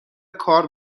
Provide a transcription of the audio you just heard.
کار